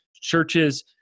churches